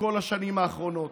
בכל השנים האחרונות.